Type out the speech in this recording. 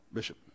Bishop